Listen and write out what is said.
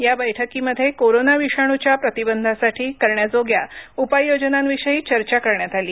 या बैठकीमध्ये कोरोना विषाणूच्याप्रतिबंधासाठी करण्याजोग्या उपाययोजनांविषयी चर्चा करण्यात आली